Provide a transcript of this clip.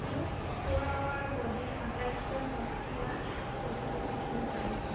মোক four hour বডীৰ আটাইতকৈ সস্তীয়া প্ৰতিলিপিটো বিচাৰি দিয়া